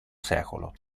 secolo